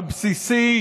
הבסיסי,